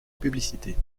publicité